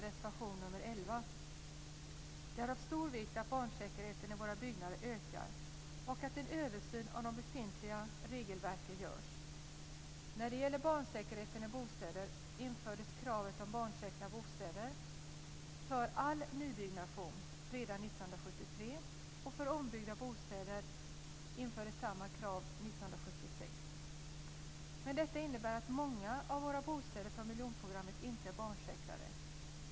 Det är av stor vikt att barnsäkerheten i våra byggnader ökar och att en översyn av de befintliga regelverken görs. När det gäller barnsäkerheten i bostäder infördes kravet på barnsäkra bostäder för all nybyggnation i bygglagstiftningen redan 1973, och för våra ombyggda bostäder infördes samma krav 1976. Men detta innebär att många av våra bostäder från miljonprogrammet inte är barnsäkrade.